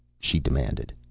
she demanded.